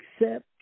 accept